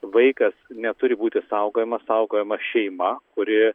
vaikas neturi būti saugojamas saugojama šeima kuri